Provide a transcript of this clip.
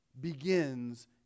begins